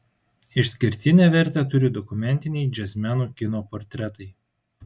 išskirtinę vertę turi dokumentiniai džiazmenų kino portretai